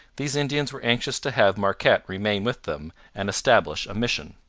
these indians were anxious to have marquette remain with them and establish a mission.